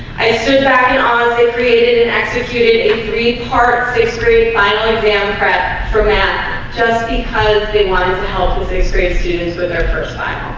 i stood back and honestly created and executed in three parts sixth grade final exam prep for math just because they wanted to help with these great students with their first time